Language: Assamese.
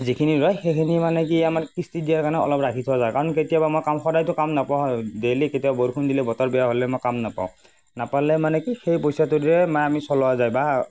যিখিনি ৰয় সেইখিনি মানে কি আমাৰ কিস্তি দিয়াৰ কাৰণে অলপ ৰাখি থোৱা যায় কাৰণ কেতিয়াবা মই কাম সদায়টো কাম নাপাওঁ ডেইলি কেতিয়াবা বৰষুণ দিলে বতৰ বেয়া হ'লে মই কাম নাপাওঁ নাপালে মানে কি সেই পইচাটোৱেদিয়েই মাহ আমি চলোৱা যায় বা